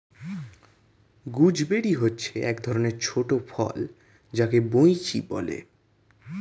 gooseberry হচ্ছে এক ধরণের ছোট ফল যাকে বৈঁচি বলে